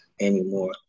anymore